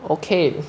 okay